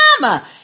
mama